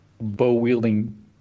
bow-wielding